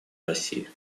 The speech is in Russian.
россии